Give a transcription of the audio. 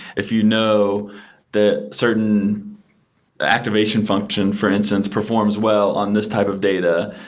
if you know the certain activation function, for instance, performs well on this type of data,